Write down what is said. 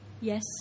yes